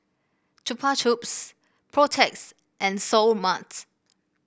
Chupa Chups Protex and Seoul Marts